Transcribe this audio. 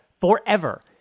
forever